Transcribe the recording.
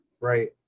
Right